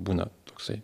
būna toksai